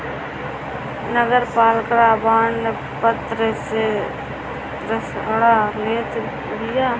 नगरपालिका बांड पत्र से ऋण लेत बिया